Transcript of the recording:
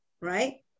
right